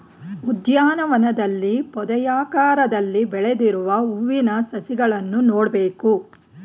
ಉದ್ಯಾನವನದಲ್ಲಿ ಪೊದೆಯಾಕಾರದಲ್ಲಿ ಬೆಳೆದಿರುವ ಹೂವಿನ ಸಸಿಗಳನ್ನು ನೋಡ್ಬೋದು